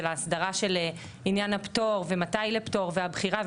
ההסדרה של עניין הפטור ומתי הפטור והבחירה.